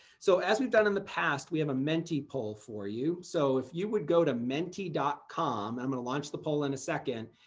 so as we've done in the past, we have a menti poll for you. so if you would go to menti com. i'm going to launch the poll in a second.